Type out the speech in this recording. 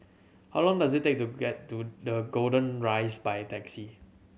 how long does it take to get to the Golden Rise by taxi